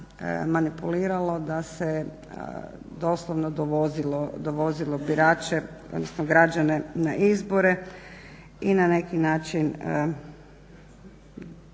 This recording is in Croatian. manipuliralo, da se doslovno dovozilo građane na izbore i na neki način